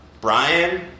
Brian